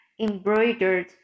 embroidered